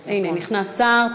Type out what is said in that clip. הנה, נכנס שר.